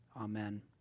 Amen